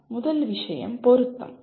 முதல் விஷயம் "பொருத்தம்"